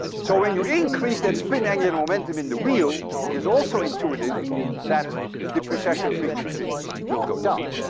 so when you increase that spin angular momentum in the wheel, it is also intuitive that the precession frequency will go down.